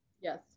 yes